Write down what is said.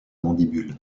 mandibule